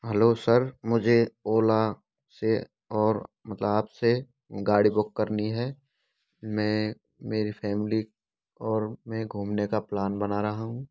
hello sir मुझे ओला से और गैब से गाड़ी बुक करनी है मैं मेरी फैमिली और मैं घूमने का प्लान बना रहा हूँ